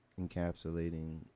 encapsulating